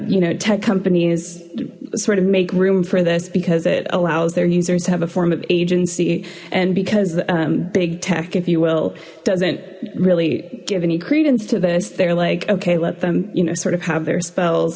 you know tech companies sort of make room for this because it allows their users to have a form of agency and because big tech if you will doesn't really give any credence to this they're like okay let them you know sort of have their spells